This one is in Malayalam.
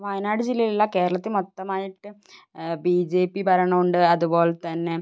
വയനാട് ജില്ലയിൽ അല്ല കേരളത്തിൽ മൊത്തമായിട്ട് ബി ജെ പി ഭരണം ഉണ്ട് അതുപോലെതന്നെ